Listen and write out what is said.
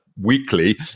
weekly